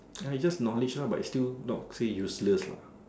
ya it just knowledge lor but its still not say useless lah